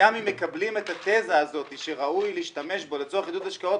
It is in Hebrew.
גם אם מקבלים את התזה הזאת שראוי להשתמש בו לצורך עידוד השקעות